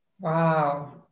Wow